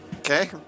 Okay